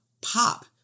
pop